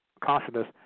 consciousness